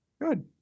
good